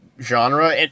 genre